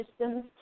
systems